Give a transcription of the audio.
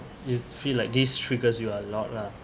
you feel like this triggers you a lot lah